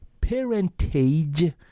parentage